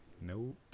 Nope